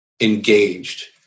engaged